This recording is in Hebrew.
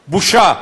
בושה.